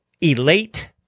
Elate